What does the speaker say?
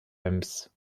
ems